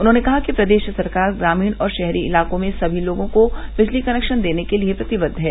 उन्होंने कहा कि प्रदेश सरकार ग्रामीण और शहरी इलाकों में सभी लोगों को बिजली कनेक्शन देने के लिए प्रतिबद्व हैं